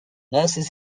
nurses